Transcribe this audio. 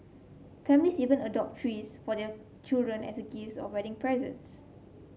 families even adopt trees for their children as gifts or wedding presents